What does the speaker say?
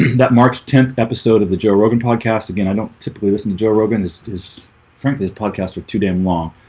that march tenth episode of the joe rogan podcast again, i don't to play this in the joe rogan this is frankly this podcast with too damn long